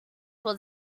would